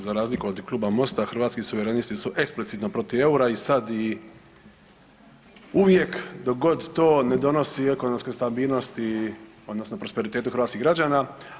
Za razliku od kluba Mosta Hrvatski suverenisti su eksplicitno protiv eura i sad i uvijek dok god to ne donosi ekonomskoj stabilnosti odnosno prosperitetu hrvatskih građana.